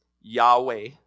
Yahweh